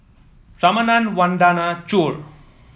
Ramanand Vandana Choor